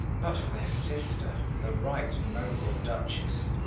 but for their sister, the right noble duchess,